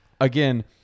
Again